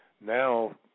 now